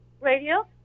radio